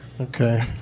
Okay